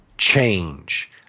change